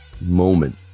Moment